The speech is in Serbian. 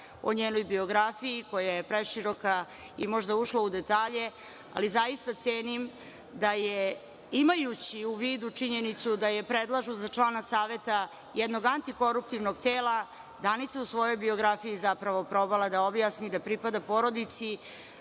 o njenoj biografiji koja je preširoka i možda je ušla u detalje, ali zaista cenim da je imajući u vidu činjenicu da je predlažu za člana Saveta jednog antikoruptivnog tela Danica je u svojoj biografiji zapravo probala da objasni da pripada porodici